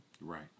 Right